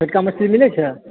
छोटका मछली मिलै छै